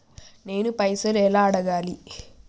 నేను పైసలు ఎలా అడగాలి?